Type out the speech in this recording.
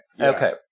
Okay